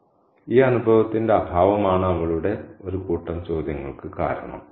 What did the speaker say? അതിനാൽ ഈ അനുഭവത്തിന്റെ അഭാവമാണ് അവളുടെ ഒരു കൂട്ടം ചോദ്യങ്ങൾക്ക് കാരണം